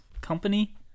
company